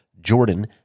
Jordan